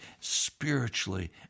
spiritually